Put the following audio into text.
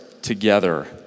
Together